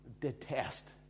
detest